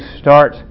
start